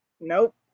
Nope